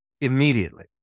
immediately